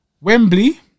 Wembley